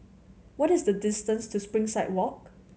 what is the distance to Springside Walk